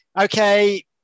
okay